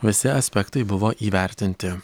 visi aspektai buvo įvertinti